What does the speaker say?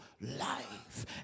life